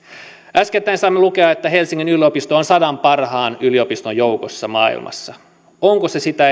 äskettäin saimme lukea että helsingin yliopisto on sadan parhaan yliopiston joukossa maailmassa onko se sitä